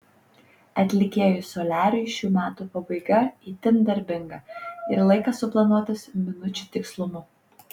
atlikėjui soliariui šių metų pabaiga itin darbinga ir laikas suplanuotas minučių tikslumu